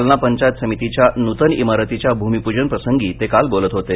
जालना पंचायत समितीच्या नूतन इमारतीच्या भूमिपूजन प्रसंगी ते काल बोलत होते